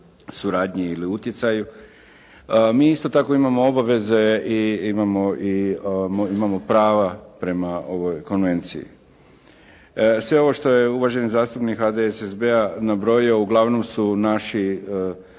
suradnji ili utjecaju. Mi isto tako imamo obaveze i imamo i imamo prava prema ovoj konvenciji. Sve ovo što je uvaženi zastupnik HDSSB-a nabrojio uglavnom su naši,